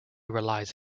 relies